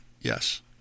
Yes